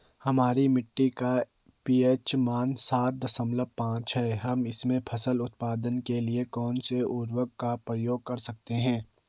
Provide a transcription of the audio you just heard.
हमारी मिट्टी का पी.एच मान सात दशमलव पांच है हम इसमें फसल उत्पादन के लिए कौन से उर्वरक का प्रयोग कर सकते हैं?